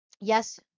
yes